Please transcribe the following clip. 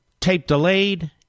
tape-delayed